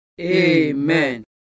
Amen